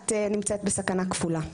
את נמצאת בסכנה כפולה.